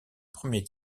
premier